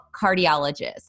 Cardiologist